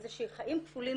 איזה שהם חיים כפולים,